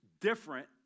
different